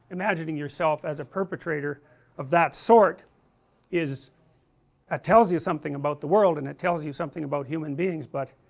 imagining yourself as a perpetrator of that sort is that ah tells you something about the world, and it tells you something about human beings, but